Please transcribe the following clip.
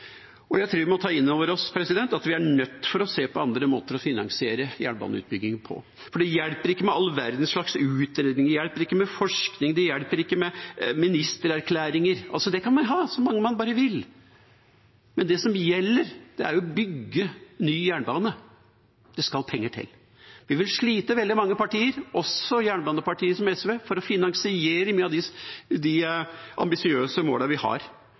Jeg tror vi må ta inn over oss at vi er nødt til å se på andre måter å finansiere jernbaneutbygging på, for det hjelper ikke med all verdens utredninger, det hjelper ikke med forskning, det hjelper ikke med ministererklæringer. Det kan man ha så mange man bare vil av, men det som gjelder, er å bygge ny jernbane. Det skal penger til. Vi vil slite, veldig mange partier, også jernbanepartier som SV, med å finansiere mange av de ambisiøse målene vi har.